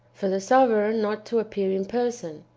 for the sovereign not to appear in person,